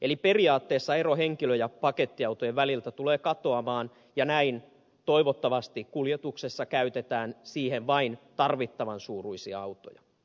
eli periaatteessa ero henkilö ja pakettiautojen väliltä tulee katoamaan ja näin toivottavasti kuljetuksessa käytetään siihen vain tarvittavan suuruisia autoja